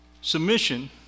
submission